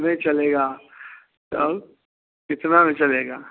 नहीं चलेगा तब कितना में चलेगा